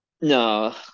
No